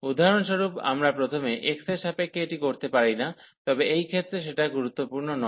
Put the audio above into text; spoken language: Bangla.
উদাহরণস্বরূপ আমরা প্রথমে y এর সাপেক্ষে এটি করতে পারি না তবে এই ক্ষেত্রে সেটা গুরুত্বপূর্ণ নয়